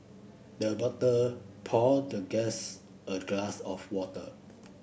the butler poured the guest a glass of water